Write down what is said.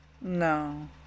No